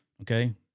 Okay